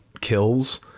kills